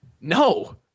No